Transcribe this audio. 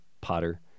Potter